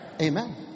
Amen